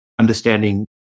understanding